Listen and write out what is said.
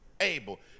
able